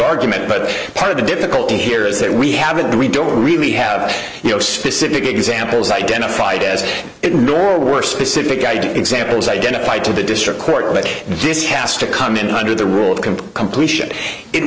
argument but part of the difficulty here is that we haven't we don't really have you know specific examples identified as ignore or worse specific idea examples identified to the district court but this has to come in under the rule